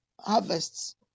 harvests